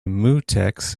mutex